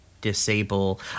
disable